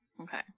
Okay